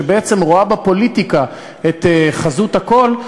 שבעצם רואה בפוליטיקה את חזות הכול,